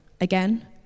Again